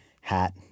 hat